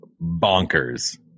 bonkers